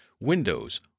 windows